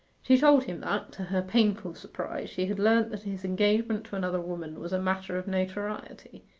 she told him that, to her painful surprise, she had learnt that his engagement to another woman was a matter of notoriety.